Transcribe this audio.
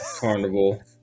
Carnival